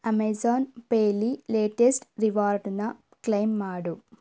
Amazon ಪೇಲಿ latest ರಿವಾರ್ಡ್ನ claim ಮಾಡು